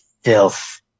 filth